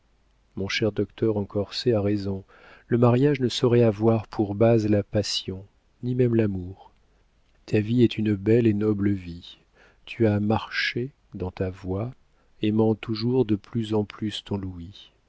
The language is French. mon cher docteur en corset a raison le mariage ne saurait avoir pour base la passion ni même l'amour ta vie est une belle et noble vie tu as marché dans ta voie aimant toujours de plus en plus ton